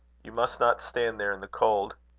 you must not stand there in the cold.